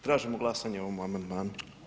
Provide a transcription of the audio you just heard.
Tražimo glasanje o ovom amandmanu.